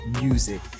music